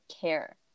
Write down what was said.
care